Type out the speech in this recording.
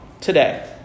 today